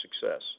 success